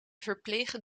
verplegen